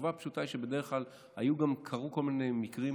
התשובה הפשוטה היא שבדרך כלל קרו כל מיני מקרים,